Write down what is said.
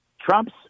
Trump's